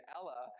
Ella